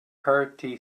hearty